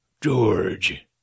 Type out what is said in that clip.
George